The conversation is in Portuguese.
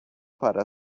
para